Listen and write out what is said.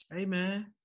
Amen